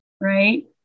right